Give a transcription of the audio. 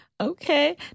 Okay